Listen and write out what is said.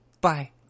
Bye